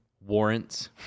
warrants